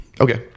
Okay